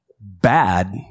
bad